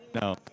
No